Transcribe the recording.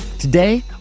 Today